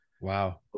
Wow